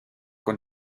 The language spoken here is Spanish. con